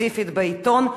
ספציפית בעיתון,